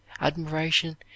Admiration